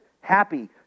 happy